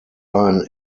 ein